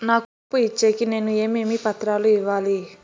నాకు అప్పు ఇచ్చేకి నేను ఏమేమి పత్రాలు ఇవ్వాలి